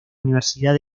universidad